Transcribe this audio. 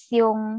yung